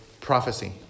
prophecy